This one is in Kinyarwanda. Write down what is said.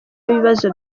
ibibazo